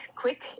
quick